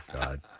God